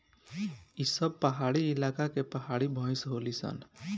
ई सब पहाड़ी इलाका के पहाड़ी भईस होली सन